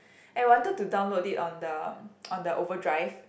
and wanted to download it on the on the overdrive